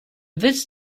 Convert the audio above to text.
this